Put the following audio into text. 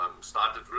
started